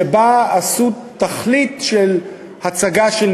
שבה עשו הצגת תכלית של ניהול,